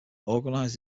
organized